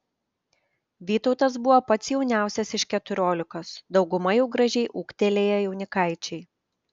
vytautas buvo pats jauniausias iš keturiolikos dauguma jau gražiai ūgtelėję jaunikaičiai